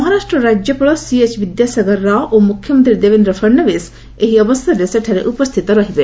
ମହାରାଷ୍ଟ୍ର ରାଜ୍ୟପାଳ ସିଏଚ୍ବିଦ୍ୟାସାଗର ରାଓ ଓ ମୁଖ୍ୟମନ୍ତ୍ରୀ ଦେବେନ୍ଦ୍ର ଫଡଣବିଶ ଏହି ଅବସରରେ ସେଠାରେ ଉପସ୍ଥିତ ରହିବେ